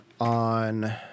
on